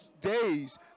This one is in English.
days